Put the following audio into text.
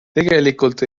tegelikult